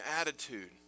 attitude